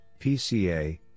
PCA